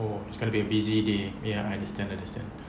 oh it's gonna be a busy day ya I understand understand